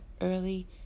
early